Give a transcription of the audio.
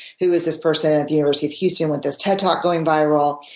who is this person at the university of houston with this ted talk going viral?